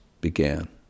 began